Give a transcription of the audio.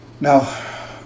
Now